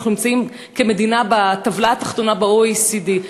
אנחנו נמצאים כמדינה בטבלה התחתונה ב-OECD.